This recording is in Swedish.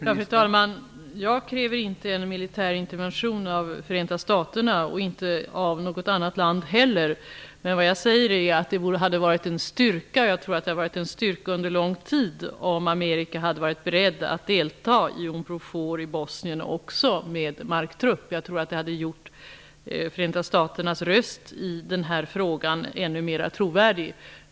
Fru talman! Jag kräver inte en militär intervention av Förenta staterna och inte heller av något annat land. Men jag tror att det under lång tid hade varit en styrka om Amerika hade varit berett att delta i Unprofor i Bosnien också med marktrupp. Det hade gjort Förenta staternas röst i den här frågan ännu mera trovärdig.